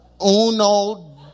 Uno